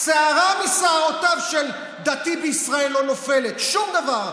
שערה משערותיו של דתי בישראל לא נופלת, שום דבר.